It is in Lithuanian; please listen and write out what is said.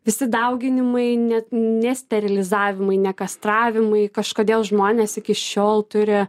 visi dauginimai net ne sterilizavimui ne kastravimui kažkodėl žmonės iki šiol turi